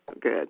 good